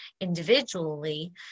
individually